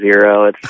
zero